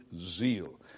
zeal